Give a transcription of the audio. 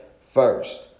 first